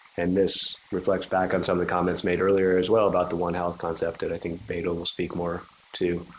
and this reflects back on some of the comments made earlier as well about the one-house concept that i think beto will speak more to.